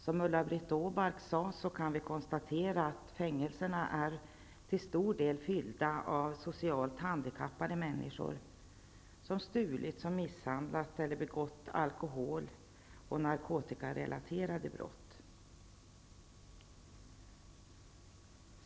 Som Ulla-Britt Åbark sade, kan vi i dag konstatera att våra fängelser till stor del är fyllda av socialt handikappade människor som stulit, misshandlat eller begått alkohol eller narkotikarelaterade brott.